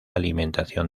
alimentación